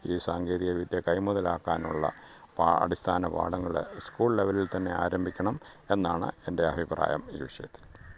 ഈ സാങ്കേതികവിദ്യ കൈമുതലാക്കാനുള്ള പാ അടിസ്ഥാന പാഠങ്ങൾ സ്കൂള് ലെവലില് തന്നെ ആരംഭിക്കണം എന്നാണ് എന്റെ അഭിപ്രായം ഈ വിഷയത്തില്